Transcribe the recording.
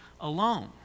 alone